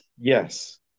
Yes